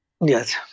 Yes